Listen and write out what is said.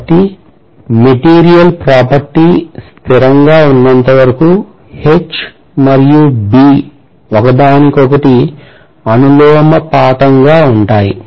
కాబట్టి material property స్థిరంగా ఉన్నంతవరకు H మరియు B ఒకదానికొకటి అనులోమానుపాతంలో ఉంటాయి